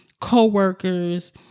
co-workers